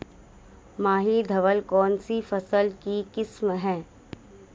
माही धवल कौनसी फसल की किस्म है?